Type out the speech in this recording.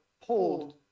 hold